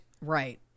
Right